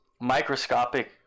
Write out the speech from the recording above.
microscopic